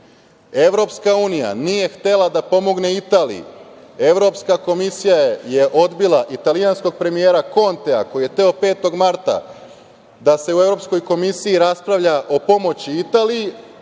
ništa. Evropska unije nije htela da pomogne Italiji. Evropska komisija je odbila italijanskog premijera Kontea koji je hteo 5. marta da se u Evropskoj komisiji raspravlja o pomoći Italiji.